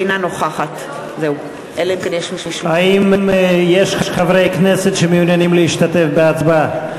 אינה נוכחת האם יש חברי כנסת שמעוניינים להשתתף בהצבעה?